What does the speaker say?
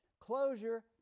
closure